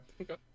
Okay